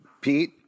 Pete